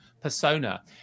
persona